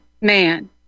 man